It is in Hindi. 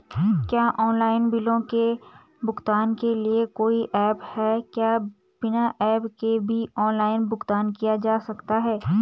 क्या ऑनलाइन बिलों के भुगतान के लिए कोई ऐप है क्या बिना ऐप के भी ऑनलाइन भुगतान किया जा सकता है?